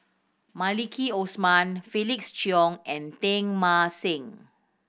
Maliki Osman Felix Cheong and Teng Mah Seng